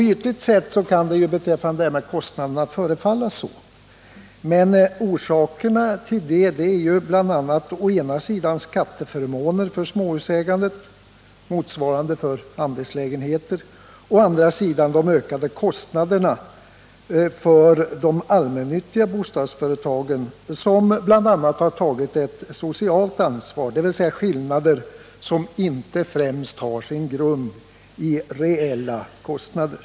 Ytligt sett kan det förefalla vara riktigt i vad gäller kostnaderna, men orsakerna till det är bl.a. å ena sidan skatteförmåner för småhusägandet och för andelslägenheter och å andra sidan de ökade kostnaderna för de allmännyttiga bostadsföretagen, som bl.a. har tagit ett socialt ansvar. Det är alltså fråga om skillnader som inte främst har sin grund i reella kostnader.